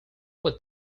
what